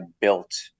built